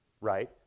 right